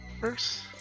first